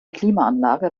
klimaanlage